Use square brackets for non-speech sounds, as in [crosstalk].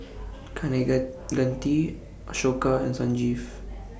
[noise] Kaneganti Ashoka and Sanjeev [noise]